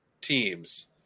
teams